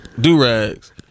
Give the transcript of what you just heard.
Do-rags